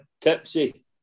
tipsy